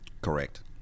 correct